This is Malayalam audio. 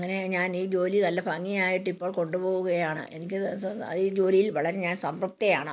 അങ്ങനെ ഞാൻ ഈ ജോലി നല്ല ഭംഗിയായിട്ട് ഇപ്പോൾ കൊണ്ടു പോവുകയാണ് എനിക്ക് അത് ഈ ജോലിയിൽ വളരെ ഞാൻ സംതൃപ്തയാണ്